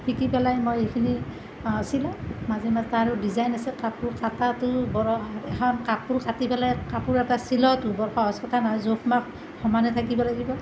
শিকি পেলাই মই এইখিনি চিলাওঁ মাজে মাজে তাৰো ডিজাইন আছে কাপোৰ কটাতো বৰ এখন কাপোৰ কাটি পেলাই কাপোৰ এটা চিলোৱাটো বৰ সহজ কথা নহয় জোখ মাখ সমানে থাকিব লাগিব